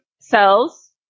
cells